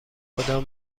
کدام